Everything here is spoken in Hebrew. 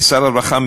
כשר הרווחה,